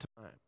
time